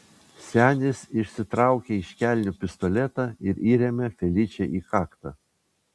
senis išsitraukė iš kelnių pistoletą ir įrėmė feličei į kaktą